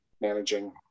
managing